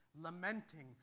lamenting